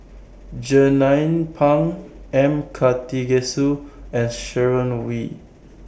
Jernnine Pang M Karthigesu and Sharon Wee